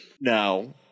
now